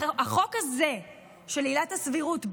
החוק הזה של עילת הסבירות,